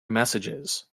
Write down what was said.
messages